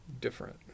different